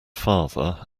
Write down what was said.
father